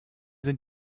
sind